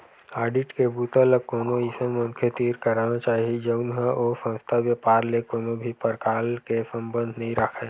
audit के बूता ल कोनो अइसन मनखे तीर कराना चाही जउन ह ओ संस्था, बेपार ले कोनो भी परकार के संबंध नइ राखय